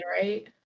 right